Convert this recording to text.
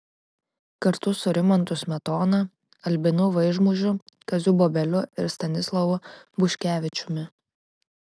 kartu su rimantu smetona albinu vaižmužiu kaziu bobeliu ir stanislovu buškevičiumi